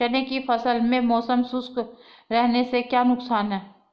चने की फसल में मौसम शुष्क रहने से क्या नुकसान है?